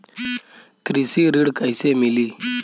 कृषि ऋण कैसे मिली?